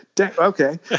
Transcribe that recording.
Okay